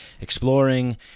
exploring